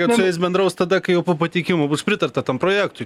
kad su jais bendraus tada kai jau po pateikimo bus pritarta tam projektui